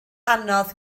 anodd